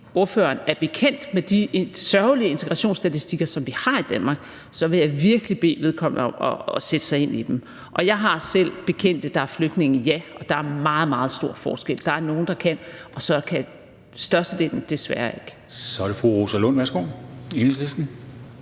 Og hvis ikke ordføreren er bekendt med de sørgelige integrationsstatistikker, som vi har i Danmark, så vil jeg virkelig bede vedkommende om at sætte sig ind i dem. Jeg har selv bekendte, der er flygtninge, ja, og der er meget, meget stor forskel. Der er nogle, der kan, og så kan størstedelen desværre ikke. Kl. 16:52 Formanden